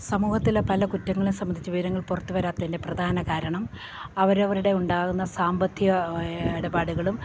സമൂഹത്തിലെ പല കുറ്റങ്ങളെ സംബന്ധിച്ച് വിവരങ്ങൾ പുറത്ത് വരാത്തതിൻ്റെ പ്രധാന കാരണം അവരവരുടെ ഉണ്ടാകുന്ന സാമ്പത്തിക ഇടപാടുകളും